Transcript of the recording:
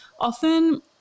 often